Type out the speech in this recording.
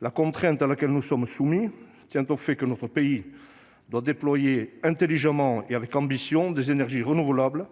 La contrainte à laquelle nous sommes soumis tient au fait que notre pays doit déployer intelligemment et avec ambition des énergies renouvelables,